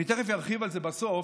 אני תכף ארחיב על זה, בסוף.